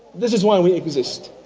this is why we exist.